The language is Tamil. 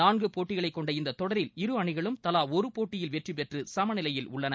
நான்கு போட்டிகளைக் கொண்ட இந்தத் தொடரில் இரு அணிகளும் தலா ஒரு போட்டியில் வெற்றி பெற்று சம நிலையில் உள்ளன